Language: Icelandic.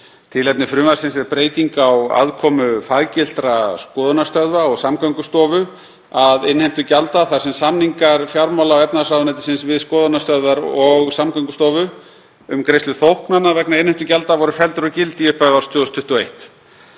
Tilefni frumvarpsins er breyting á aðkomu faggiltra skoðunarstöðva og Samgöngustofu að innheimtu gjalda þar sem samningar fjármála- og efnahagsráðuneytisins við skoðunarstöðvar og Samgöngustofu um greiðslu þóknana vegna innheimtu gjalda voru felldir úr gildi í upphafi árs 2021.